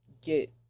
get